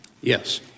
Yes